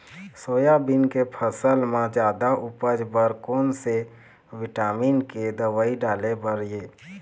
Soybean के फसल म जादा उपज बर कोन से विटामिन के दवई डाले बर ये?